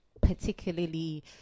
particularly